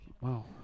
Wow